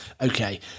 Okay